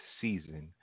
season